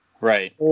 Right